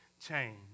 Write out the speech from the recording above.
change